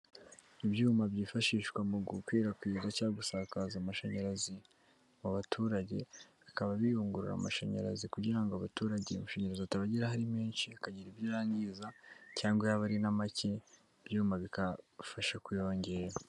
Ibyuma byifashishwa mu gukwirakwiza cyangwa gusakaza amashanyarazi mu baturage, bikaba biyungurura amashanyarazi kugirango abaturage amashanyarazi atabageraho ari menshi akagira ibyo yangiza, cyangwa yaba ari na make ibyuma bikafasha kuyongera.